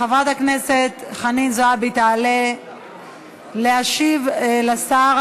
חברת הכנסת חנין זועבי תעלה להשיב לשר